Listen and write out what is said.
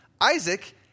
Isaac